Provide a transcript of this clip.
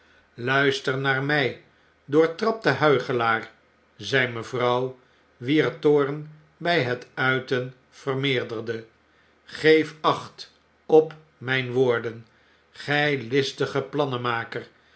luister naar mij doortrapte huichelaar zei mevrouw wier toorn by het uiten vermeerderde geef acht op myn woorden gij listige